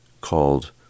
called